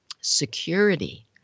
security